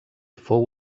fou